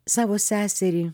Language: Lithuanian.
savo seserį